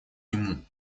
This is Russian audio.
нему